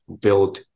build